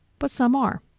but some are.